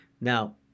Now